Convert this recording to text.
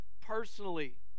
personally